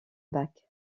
bach